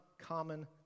common